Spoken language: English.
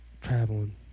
traveling